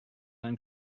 ein